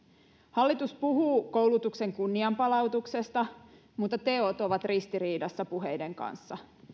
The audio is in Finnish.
hallitus puhuu koulutuksen kunnianpalautuksesta mutta teot ovat ristiriidassa puheiden kanssa